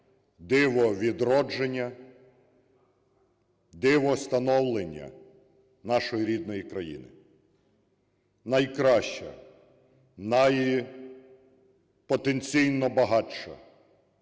диво відродження, диво становлення нашої рідної країни. Найкраща, найпотенційно багатша,